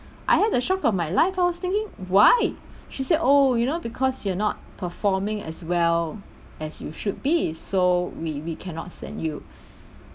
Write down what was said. I had the shock of my life I was thinking why she said oh you know because you're not performing as well as you should be so we we cannot send you